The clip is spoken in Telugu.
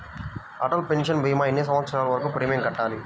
అటల్ పెన్షన్ భీమా ఎన్ని సంవత్సరాలు వరకు ప్రీమియం కట్టాలి?